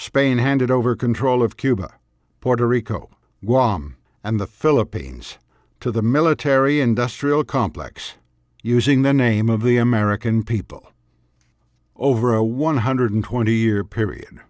spain handed over control of cuba puerto rico and the philippines to the military industrial complex using the name of the american people over a one hundred twenty year period